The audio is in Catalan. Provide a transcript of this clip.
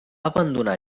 abandonar